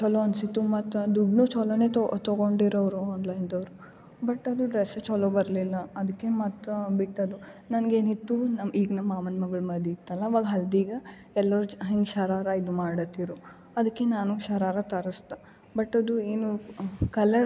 ಚಲೋ ಅನಿಸಿತ್ತು ಮತ್ತು ಅದು ಇಬ್ನು ಚಲೋನೇ ತಗೊಂಡಿರೋರು ಆನ್ಲೈನ್ದವರು ಬಟ್ ಅದು ಡ್ರೆಸ್ ಚಲೋ ಬರಲಿಲ್ಲ ಅದ್ಕೆ ಮತ್ತು ಬಿಟ್ಟದ್ದು ನಂಗೇನಿತ್ತು ನಮ್ಮ ಈಗ ನಮ್ಮ ಮಾಮನ ಮಗಳು ಮದುವೆ ಇತ್ತಲ್ಲ ಅವಾಗ ಹಲ್ದಿಗೆ ಎಲ್ಲೊ ಹೆಂಗೆ ಶರಾರ ಇದು ಮಾಡತ್ತಿರೋ ಅದ್ಕೆ ನಾನು ಶರಾರ ತರಿಸಿದೆ ಬಟ್ ಅದು ಏನು ಕಲರ್